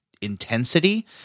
intensity